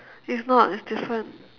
it's not it's different